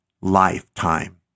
lifetime